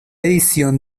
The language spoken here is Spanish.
edición